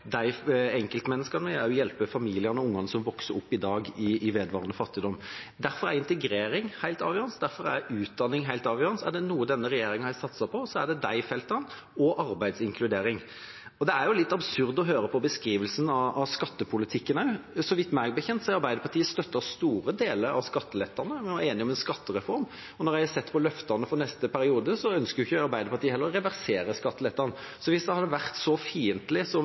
enkeltmenneskene og også hjelpe familiene og ungene som vokser opp i dag i vedvarende fattigdom. Derfor er integrering helt avgjørende. Derfor er utdanning helt avgjørende. Og er det noe denne regjeringa har satset på, så er det disse feltene og arbeidsinkludering. Det er litt absurd å høre på beskrivelsen av skattepolitikken også. Så vidt jeg vet, har Arbeiderpartiet støttet store deler av skattelettene. Vi var jo enige om en skattereform. Jeg har sett på løftene for neste periode, og Arbeiderpartiet ønsker heller ikke å reversere skatteløftene. Hvis det hadde vært så fiendtlig